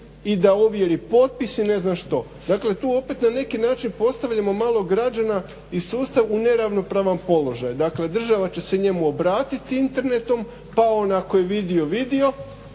i da ovjeri potpis i ne znam što. Dakle tu opet na neki način postavljamo malog građana i sustav u neravnopravan položaj, dakle država će se njemu obratiti internetom pa on ako je vidio vidio